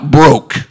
broke